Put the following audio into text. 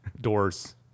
Doors